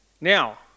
Now